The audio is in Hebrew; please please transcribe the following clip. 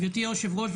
גברתי היושבת-ראש,